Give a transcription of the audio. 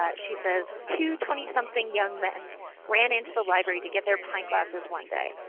ah she says, two twenty something young men ran into the library to get their pint glasses one day.